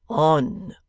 on